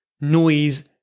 noise